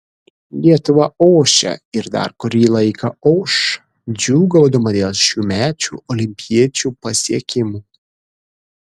lietuva ošia ir dar kurį laiką oš džiūgaudama dėl šiųmečių olimpiečių pasiekimų